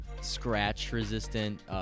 scratch-resistant